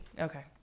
Okay